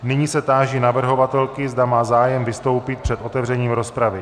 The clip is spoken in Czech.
Nyní se táži navrhovatelky, zda má zájem vystoupit před otevřením rozpravy.